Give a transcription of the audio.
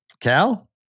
Cal